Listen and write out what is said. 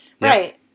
Right